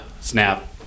snap